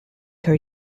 her